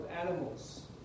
animals